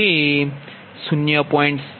2084 0